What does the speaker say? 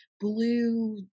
blue